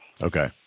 Okay